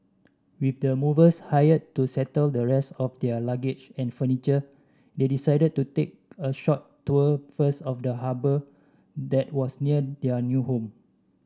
with the movers hired to settle the rest of their luggage and furniture they decided to take a short tour first of the harbour that was near their new home